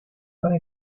para